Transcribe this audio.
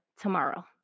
tomorrow